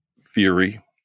theory